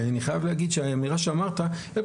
ואני חייב להגיד שהאמירה שאמרת אין